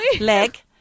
Leg